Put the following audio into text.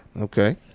Okay